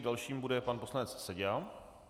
Dalším bude pan poslanec Seďa.